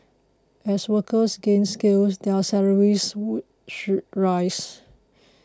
as workers gain skills their salaries would should rise